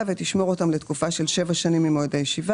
ותשמור אותם לתקופה של שבע שנים ממועד הישיבה,